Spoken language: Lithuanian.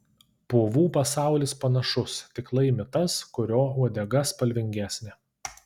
povų pasaulis panašus tik laimi tas kurio uodega spalvingesnė